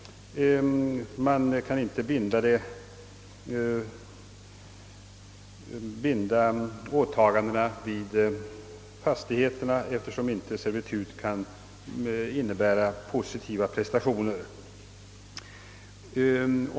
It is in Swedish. Man kan inte binda åtagandena vid fastigheterna, eftersom servitut inte kan innebära positiva prestationer.